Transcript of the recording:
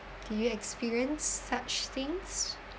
did you experience such things